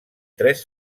tres